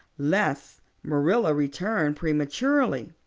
lest marilla return prematurely.